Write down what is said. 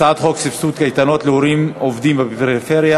41, אין מתנגדים ואין נמנעים.